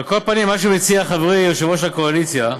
על כל פנים, מה שמציע חברי יושב-ראש הקואליציה,